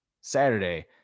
Saturday